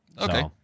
Okay